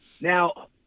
now